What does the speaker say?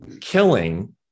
killing